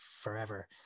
forever